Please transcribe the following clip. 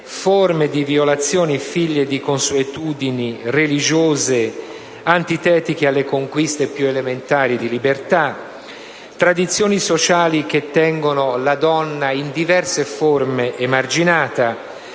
forme di violazione figlie di consuetudini religiose antitetiche alle conquiste più elementari di libertà, tradizioni sociali che tengono la donna in diverse forme emarginata,